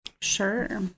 sure